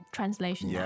Translation